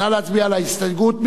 נא להצביע על ההסתייגות.